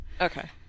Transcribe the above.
Okay